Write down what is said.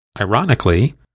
ironically